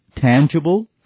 tangible